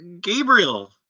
Gabriel